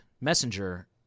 messenger